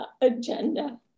agenda